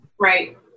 Right